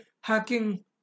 hacking